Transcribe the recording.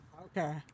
Okay